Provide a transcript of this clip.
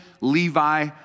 Levi